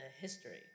history